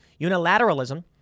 unilateralism